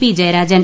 P Jayarajan